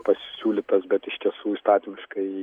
pasiūlytas bet iš tiesų įstatymiškai